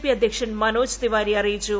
P അധ്യക്ഷൻ മനോജ് തിവാരി അറിയിച്ചു